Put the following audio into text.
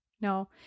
no